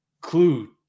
Clue